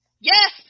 yes